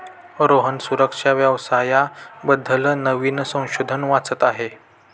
रोहन सुरक्षा व्यवसाया बद्दल नवीन संशोधन वाचत आहे